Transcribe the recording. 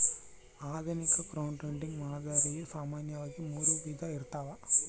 ಆಧುನಿಕ ಕ್ರೌಡ್ಫಂಡಿಂಗ್ ಮಾದರಿಯು ಸಾಮಾನ್ಯವಾಗಿ ಮೂರು ವಿಧ ಇರ್ತವ